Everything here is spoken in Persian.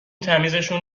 تمیزشون